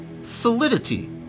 solidity